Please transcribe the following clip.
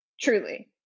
Truly